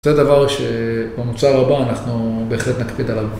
זה דבר שבמוצר הבא אנחנו בהחלט נקפיד עליו.